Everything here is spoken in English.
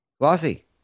Glossy